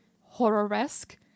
horror-esque